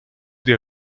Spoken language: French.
des